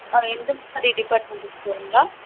ah Indumathi departmental showroom களா